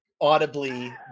audibly